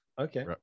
Okay